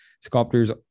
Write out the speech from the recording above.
sculptors